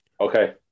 okay